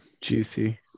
Juicy